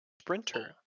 sprinter